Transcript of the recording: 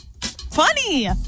Funny